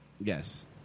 Yes